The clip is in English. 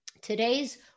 Today's